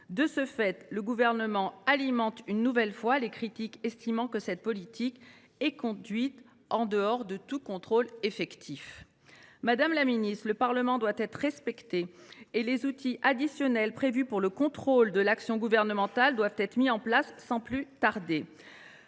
De ce fait, le Gouvernement alimente une nouvelle fois les critiques selon lesquelles celle ci serait menée en dehors de tout contrôle effectif. Madame la ministre, le Parlement doit être respecté et les outils additionnels prévus pour le contrôle de l’action gouvernementale doivent être mis en place sans plus tarder.